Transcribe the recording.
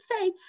say